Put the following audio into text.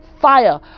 Fire